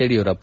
Yediyurappa